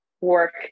work